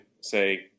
say